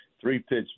three-pitch